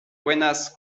buenas